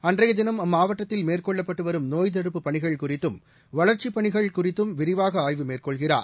அன்றைய தினம் அம்மாவட்டத்தில் மேற்கொள்ளப்பட்டு வரும் நோய்த் தடுப்புப் பணிகள் குறித்தும் வளர்ச்சிப் பணிகள் குறித்தும் விரிவாக ஆய்வு மேற்கொள்கிறார்